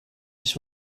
nicht